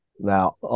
Now